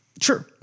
Sure